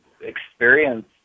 experience